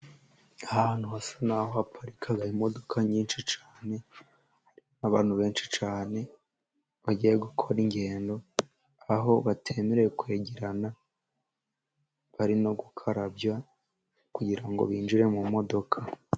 Ahantu hasa n'aho haparika imodoka nyinshi cyane, hari abantu benshi cyane, bagiye gukora ingendo, aho batemerewe kwegerana, bari no gukarabya kugira ngo binjire mu modoka.